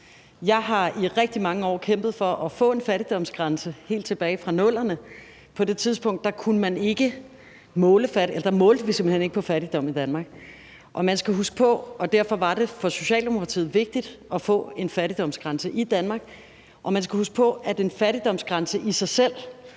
er nej. Jeg har kæmpet for at få en fattigdomsgrænse i rigtig mange år, helt tilbage fra 00'erne. På det tidspunkt målte vi simpelt hen ikke på fattigdom i Danmark, og derfor var det for Socialdemokratiet vigtigt at få en fattigdomsgrænse i Danmark. Man skal huske på, at en fattigdomsgrænse i sig selv